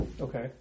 Okay